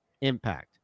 impact